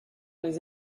les